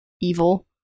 evil